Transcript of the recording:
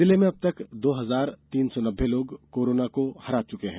जिले में अब तक दो हजार तीन सौ नब्बे लोग कोरोना को हरा चुके हैं